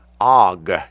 Og